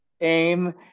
aim